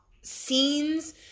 scenes